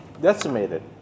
decimated